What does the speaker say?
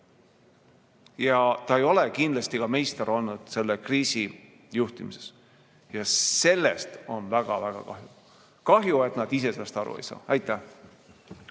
ja ta ei ole kindlasti meister olnud ka selle kriisi juhtimises. Sellest on väga-väga kahju. Kahju, et nad ise sellest aru ei saa. Aitäh!